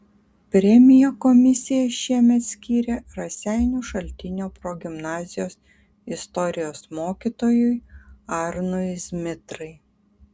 premiją komisija šiemet skyrė raseinių šaltinio progimnazijos istorijos mokytojui arnui zmitrai